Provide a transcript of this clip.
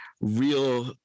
real